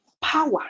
power